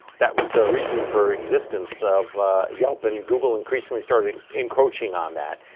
that was the reason for existence of yelp and google increasingly starting encroaching on that.